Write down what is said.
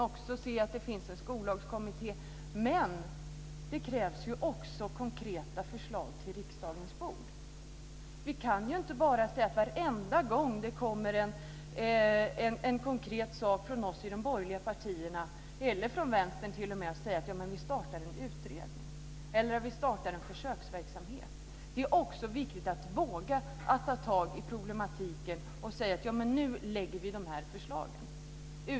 Det finns också en skollagskommitté. Men det krävs dessutom konkreta förslag till riksdagens bord. Varenda gång det kommer ett konkret förslag från oss i de borgerliga partierna eller t.o.m. från vänstern säger man: Ja, men vi startar en utredning eller en försöksverksamhet. Det är också viktigt att våga att ta tag i problematiken och lägga fram förslag.